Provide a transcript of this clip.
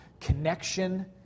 connection